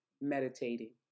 meditating